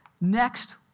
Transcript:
Next